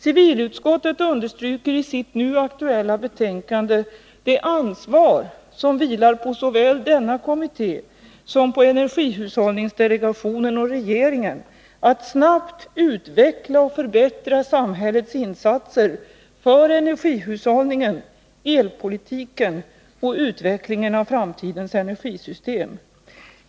Civilutskottet understryker i sitt aktuella betänkande det ansvar som vilar såväl på denna kommitté som på energihushållningsdelegationen och regeringen att snabbt utveckla och förbättra samhällets insatser för energihushållningen, elpolitiken och utvecklingen av framtidens energisystem.